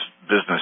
business